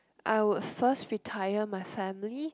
I would first retire my family